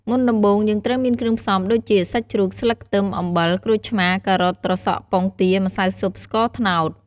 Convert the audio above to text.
មុនដំបូង យើងត្រូវមានគ្រឿងផ្សំដូចជា សាច់ជ្រូក ស្លឹកខ្ទឹម អំបិល ក្រូចឆ្មារ ការ៉ុត ត្រសក់ ពងទា ម្សៅស៊ុប ស្ករត្នោត។